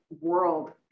world